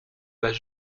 bas